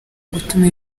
gutuma